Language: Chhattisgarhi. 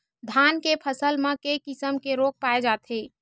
धान के फसल म के किसम के रोग पाय जाथे?